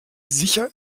sicher